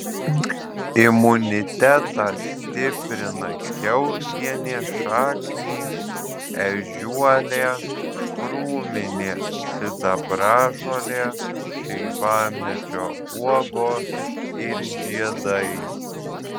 imunitetą stiprina kiaulpienės šaknys ežiuolė krūminė sidabražolė šeivamedžio uogos ir žiedai